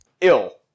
ill